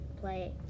play